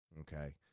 Okay